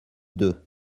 deux